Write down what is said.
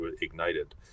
ignited